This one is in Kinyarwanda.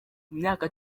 myaka